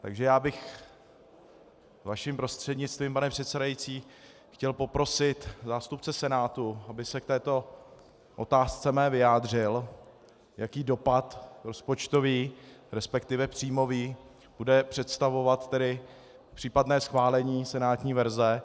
Takže já bych vaším prostřednictvím, pane předsedající, chtěl poprosit zástupce Senátu, aby se k této mé otázce vyjádřil, jaký dopad rozpočtový, resp. příjmový bude představovat případné schválení senátní verze.